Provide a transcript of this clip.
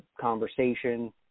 conversation